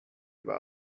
about